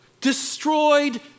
destroyed